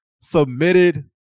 submitted